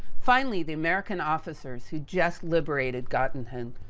finally, the american officers who just liberated, got in hand,